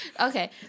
Okay